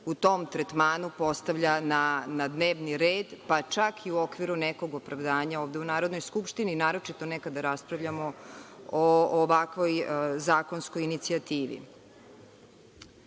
u tom tretmanu postavlja na dnevni red, pa čak i u okviru nekog opravdanja ovde u Narodnoj skupštini, naročito ne kada raspravljamo o ovakvoj zakonskoj inicijativi. Upravo